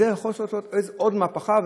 זה יכול לעשות עוד מהפכה,